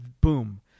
boom